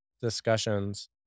discussions